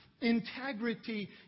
integrity